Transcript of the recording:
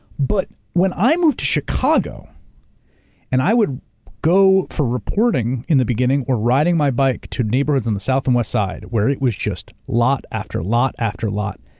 but when i moved to chicago and i would go for reporting in the beginning or riding my bike to neighborhoods in the south and west side where it was just lot after lot after lot.